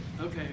okay